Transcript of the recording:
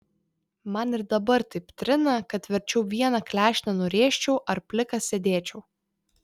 man ir dabar taip trina kad verčiau vieną klešnę nurėžčiau ar plikas sėdėčiau